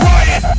Riot